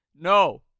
No